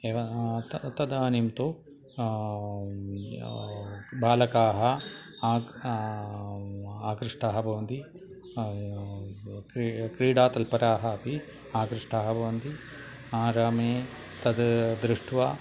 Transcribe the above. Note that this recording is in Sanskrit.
एवं तत् तदानीं तु बालकाः आक् आकृष्टाः भवन्ति क्रीडातत्पराः अपि आकृष्टाः बभन्ति आरामे तत् दृष्ट्वा